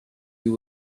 you